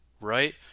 right